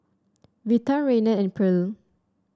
Vita Raynard and Pearle